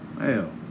hell